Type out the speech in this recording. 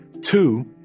Two